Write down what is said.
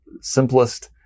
simplest